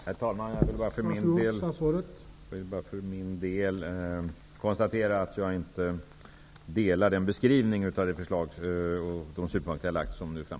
Herr talman! Jag vill bara för min del konstatera att jag inte instämmer i den beskrivningen av de synpunkter jag har lagt fram.